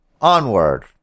Onward